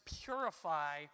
purify